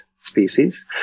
species